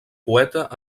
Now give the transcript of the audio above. poeta